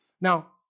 Now